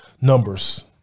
numbers